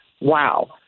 Wow